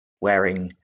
wearing